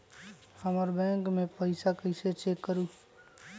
हमर बैंक में पईसा कईसे चेक करु?